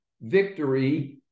victory